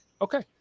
Okay